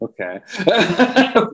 okay